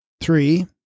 Three